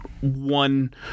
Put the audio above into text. one